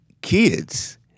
kids